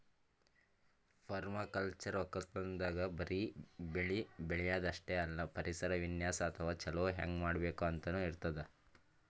permaculture ವಕ್ಕಲತನ್ದಾಗ್ ಬರಿ ಬೆಳಿ ಬೆಳ್ಯಾದ್ ಅಷ್ಟೇ ಅಲ್ಲ ಪರಿಸರ ವಿನ್ಯಾಸ್ ಅಥವಾ ಛಲೋ ಹೆಂಗ್ ಮಾಡ್ಬೇಕ್ ಅಂತನೂ ಇರ್ತದ್